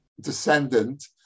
descendant